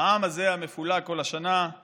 "העם הזה, המפולג כל השנה /